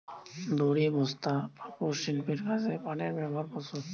দড়ি, বস্তা, পাপোষ, শিল্পের কাজে পাটের ব্যবহার প্রচুর